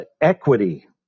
equity